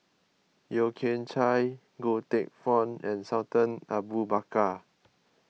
Yeo Kian Chye Goh Teck Phuan and Sultan Abu Bakar